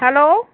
hello